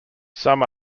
some